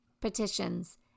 petitions